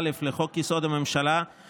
לחינם קברניטי ישראל,